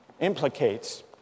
implicates